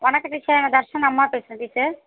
வணக்கம் டீச்சர் நான் தர்ஷன் அம்மா பேசுகிறேன் டீச்சர்